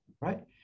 right